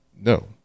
No